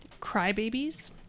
crybabies